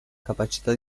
capacità